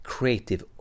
Creative